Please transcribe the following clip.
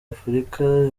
afurika